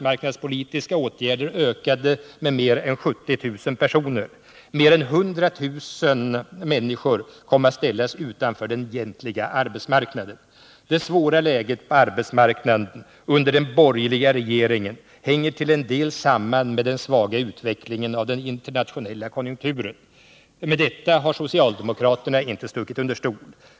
Mer än 100 000 människor kom att ställas utanför den egentliga arbetsmarknaden. Det svåra läget på arbetsmarknaden under den borgerliga regeringens tid hänger till en del samman med den svaga utvecklingen av den internationella konjunkturen. Med detta har socialdemokraterna inte stuckit under stol.